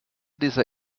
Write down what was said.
dieser